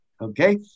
okay